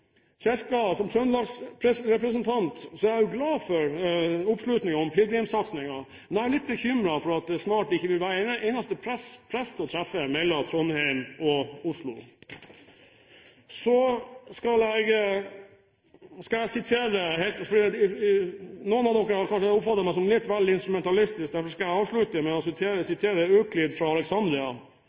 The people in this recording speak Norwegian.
Så om Kirken: Som trøndelagsrepresentant er jeg glad for oppslutningen om pilgrimssatsingen, men jeg er litt bekymret for at det snart ikke vil være en eneste prest å treffe mellom Trondheim og Oslo. Noen av dere har kanskje oppfattet meg som litt vel instrumentalistisk. Derfor skal jeg avslutte med å sitere Euklid fra